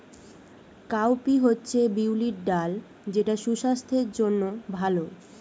cowpea হচ্ছে বিউলির ডাল যেটা সুস্বাস্থ্যের জন্য ভালো